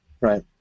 right